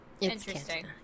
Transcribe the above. interesting